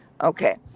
Okay